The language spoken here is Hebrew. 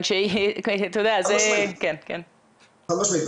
חד משמעית.